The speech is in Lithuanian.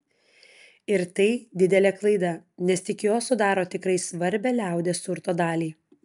ir tai didelė klaida nes tik jos sudaro tikrai svarbią liaudies turto dalį